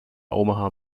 omaha